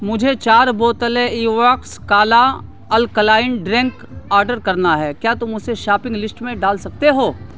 مجھے چار بوتلیں ایووکس کالا الکلائن ڈرنک آڈر کرنا ہے کیا تم اسے شاپنگ لسٹ میں ڈال سکتے ہو